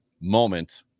moment